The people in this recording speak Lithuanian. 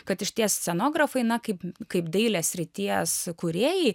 kad išties scenografai na kaip kaip dailės srities kūrėjai